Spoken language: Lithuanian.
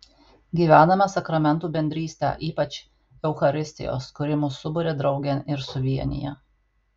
gyvename sakramentų bendrystę ypač eucharistijos kuri mus suburia draugėn ir suvienija